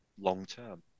long-term